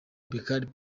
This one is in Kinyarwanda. bakary